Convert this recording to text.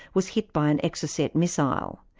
was hit by an exocet missile.